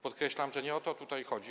Podkreślam, że nie o to tutaj chodzi.